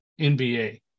NBA